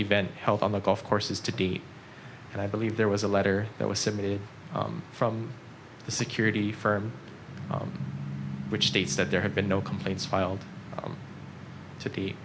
event held on the golf courses to date and i believe there was a letter that was submitted from the security firm which states that there had been no complaints filed